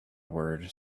word